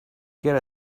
get